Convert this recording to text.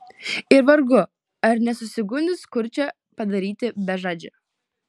ir vargu ar nesusigundys kurčią padaryti bežadžiu